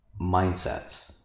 mindsets